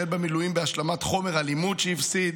במילואים בהשלמת חומר הלימוד שהפסיד,